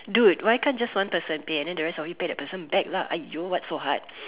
dude why can't just one person pay then the rest of you just pay the person back lah !aiyo! what's so hard